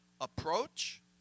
approach